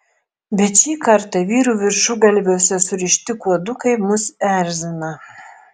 bet šį kartą vyrų viršugalviuose surišti kuodukai mus erzina